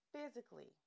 physically